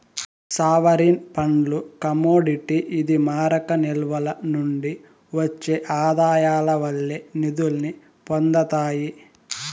sovereign ఫండ్లు commodity ఇది మారక నిల్వల నుండి ఒచ్చే ఆదాయాల వల్లే నిదుల్ని పొందతాయి